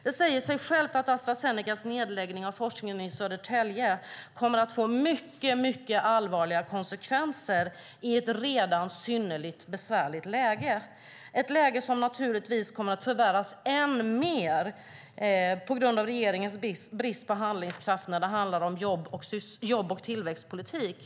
Det säger sig självt att Astra Zenecas nedläggning av forskningen i Södertälje kommer att få mycket allvarliga konsekvenser i ett redan synnerligen besvärligt läge, ett läge som naturligtvis kommer att förvärras än mer på grund av regeringens brist på handlingskraft när det handlar om jobb och tillväxtpolitik.